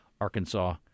Arkansas